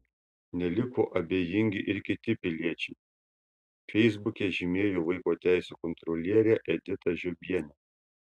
neliko abejingi ir kiti piliečiai feisbuke žymėjo vaiko teisių kontrolierę editą žiobienę